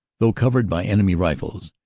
though covered by enemy rifles.